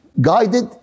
guided